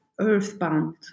earthbound